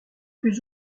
plus